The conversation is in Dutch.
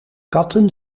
katten